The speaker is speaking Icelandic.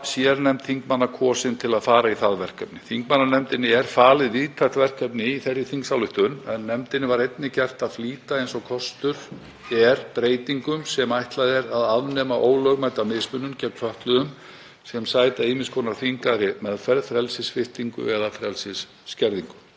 sérnefnd þingmanna kosin til að fara í það verkefni. Þingmannanefndinni er falið víðtækt verkefni í þeirri þingsályktun en nefndinni var einnig gert að flýta eins og kostur er breytingum sem ætlað er að afnema ólögmæta mismunun gegn fötluðum sem sæta ýmiss konar þvingaðri meðferð, frelsissviptingu eða frelsisskerðingu.